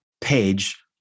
page